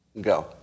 Go